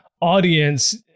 audience